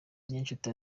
niyonshuti